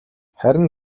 харин